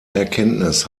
erkenntnis